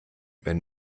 wenn